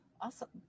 Awesome